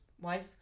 wife